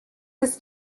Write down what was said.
this